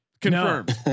confirmed